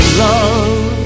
love